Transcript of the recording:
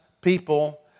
people